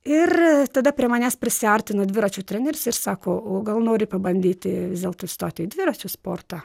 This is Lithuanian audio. ir tada prie manęs prisiartino dviračių treneris ir sako o gal nori pabandyti vis dėlto įstoti į dviračių sportą